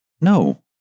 No